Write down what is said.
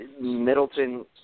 Middleton